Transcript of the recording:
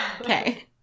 okay